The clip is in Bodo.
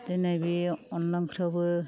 दोननाय बे अनला ओंख्रिआवबो